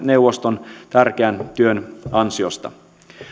neuvoston tärkeän työn ansiosta